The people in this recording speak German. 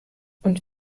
und